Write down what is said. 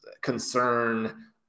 concern